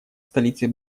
столицей